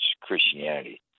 Christianity